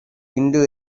into